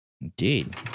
indeed